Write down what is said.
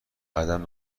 قدم